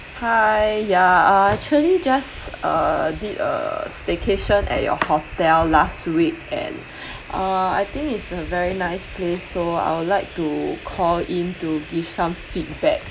hi ya actually just uh did a staycation at your hotel last week and uh I think it's a very nice place so I would like to call in to give some feedback